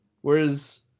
Whereas